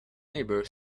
neighbor